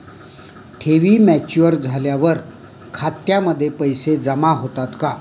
ठेवी मॅच्युअर झाल्यावर खात्यामध्ये पैसे जमा होतात का?